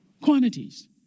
quantities